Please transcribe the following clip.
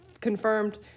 confirmed